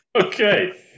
Okay